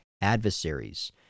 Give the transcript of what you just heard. adversaries